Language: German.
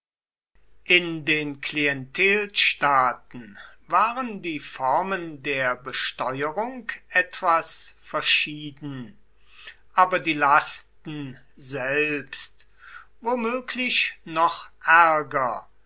in den klientelstaaten waren die formen der besteuerung etwas verschieden aber die lasten selbst womöglich noch ärger